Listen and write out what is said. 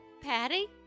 Patty